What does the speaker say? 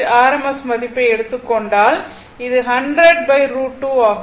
Rms மதிப்பை எடுத்துக் கொண்டால் அது 100 √2 ஆகும்